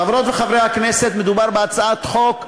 חברות וחברי הכנסת, מדובר בהצעת חוק חשובה,